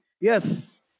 yes